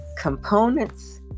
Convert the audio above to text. components